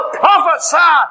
prophesy